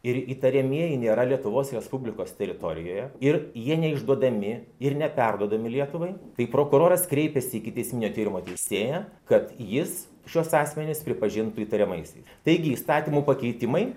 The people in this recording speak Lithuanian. ir įtariamieji nėra lietuvos respublikos teritorijoje ir jie neišduodami ir neperduodami lietuvai tai prokuroras kreipės į ikiteisminio tyrimo teisėją kad jis šiuos asmenis pripažintų įtariamaisiais taigi įstatymų pakeitimai